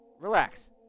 Relax